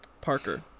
Parker